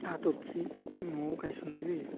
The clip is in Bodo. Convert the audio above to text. हाथरखि न'वाव गायसननाय जायो